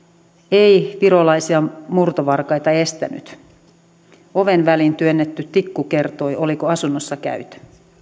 ei virolaisia murtovarkaita estänyt oven väliin työnnetty tikku kertoi oliko asunnossa käyty